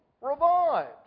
revived